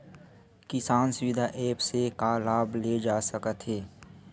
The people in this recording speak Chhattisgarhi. किसान सुविधा एप्प से का का लाभ ले जा सकत हे?